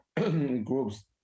groups